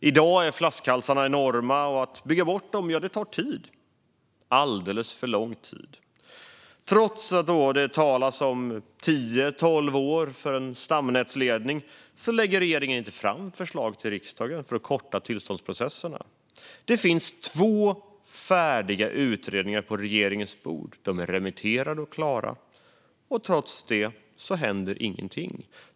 I dag är flaskhalsarna enormt många, och att bygga bort dem tar tid - alldeles för lång tid. Trots att det talas om tio till tolv år för en stamnätsledning lägger regeringen inte fram något förslag till riksdagen för att korta tillståndsprocesserna. Det finns två färdiga utredningar på regeringens bord. De är remitterade och klara. Trots det händer ingenting.